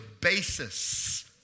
basis